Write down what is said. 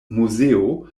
muzeo